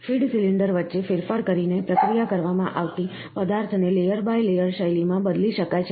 feed cylinder વચ્ચે ફેરફાર કરીને પ્રક્રિયા કરવામાં આવતી પદાર્થને લેયર બાય લેયર શૈલીમાં બદલી શકાય છે